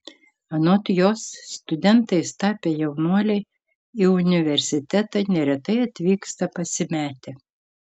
anot jos studentais tapę jaunuoliai į universitetą neretai atvyksta pasimetę